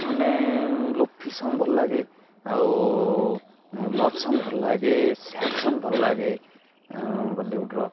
ମାନେ lofi song ଭଲଲାଗେ ଆଉ ଲଭ୍ ସଙ୍ଗ ଭଲଲାଗେ ସ୍ୟାଡ଼ ସଙ୍ଗ ଭଲଲାଗେ ବଲିଉଡ଼୍ର